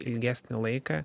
ilgesnį laiką